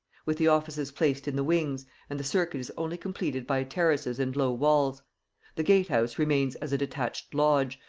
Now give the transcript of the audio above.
with the offices placed in the wings and the circuit is only completed by terraces and low walls the gatehouse remains as a detached lodge,